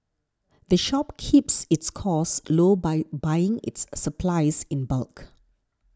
the shop keeps its costs low by buying its supplies in bulk